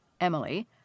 Emily